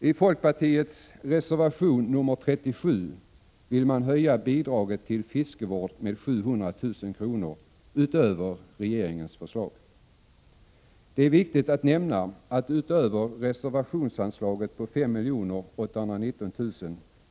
I folkpartiets reservation 37 vill man höja bidraget till fiskevård med 700 000 kr. utöver regeringens förslag. Det är viktigt att nämna att det utöver reservationsanslaget 5 819 000 kr.